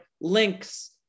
links